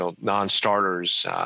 non-starters